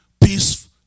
peace